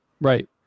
Right